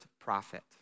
prophet